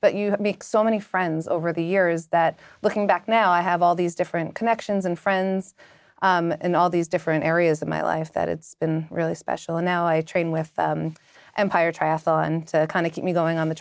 but you make so many friends over the years that looking back now i have all these different connections and friends in all these different areas of my life that it's been really special and now i train with empire triathlon to kind of get me going on the